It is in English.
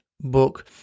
book